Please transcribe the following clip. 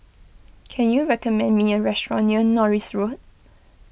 can you recommend me a restaurant near Norris Road